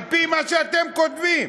על-פי מה שאתם כותבים.